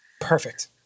Perfect